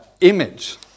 image